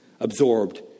Absorbed